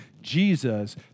Jesus